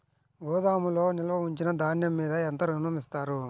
గోదాములో నిల్వ ఉంచిన ధాన్యము మీద ఎంత ఋణం ఇస్తారు?